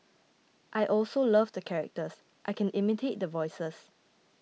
I also love the characters I can imitate the voices